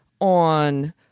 on